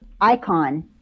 icon